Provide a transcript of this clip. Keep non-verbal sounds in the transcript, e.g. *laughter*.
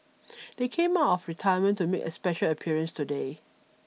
*noise* they came out of retirement to make a special appearance today